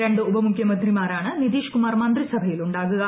രണ്ട് ഉപമുഖ്യമന്ത്രിമാരാണ് നിതീഷ് കുമാർ മന്ത്രിസഭയിലുണ്ടാകുക